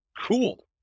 Cool